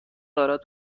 دارد